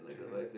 mmhmm